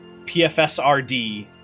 PFSRD